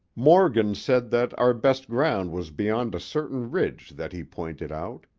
morgan said that our best ground was beyond a certain ridge that he pointed out,